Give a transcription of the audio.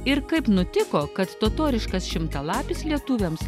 ir kaip nutiko kad totoriškas šimtalapis lietuviams